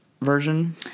version